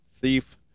thief